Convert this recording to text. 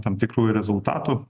tam tikrų ir rezultatų